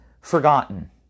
forgotten